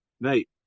mate